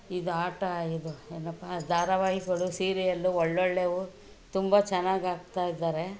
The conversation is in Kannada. ಇದು ಆಟ ಇದು ಏನಪ್ಪ ಧಾರಾವಾಹಿಗಳು ಸೀರಿಯಲ್ಲು ಒಳ್ಳೊಳ್ಳೆಯವು ತುಂಬ ಚೆನ್ನಾಗಿ ಹಾಕ್ತಾಯಿದ್ದಾರೆ